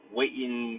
waiting